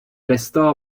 restò